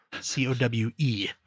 C-O-W-E